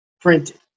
printed